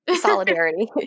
Solidarity